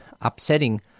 upsetting